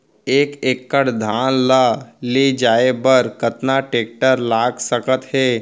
एक एकड़ धान ल ले जाये बर कतना टेकटर लाग सकत हे?